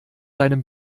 deinem